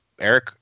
Eric